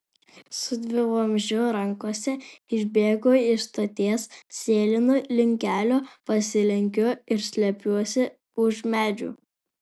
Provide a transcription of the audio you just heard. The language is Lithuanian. su dvivamzdžiu rankose išbėgu iš stoties sėlinu link kelio pasilenkiu ir slepiuosi už medžių